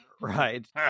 Right